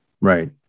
Right